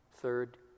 Third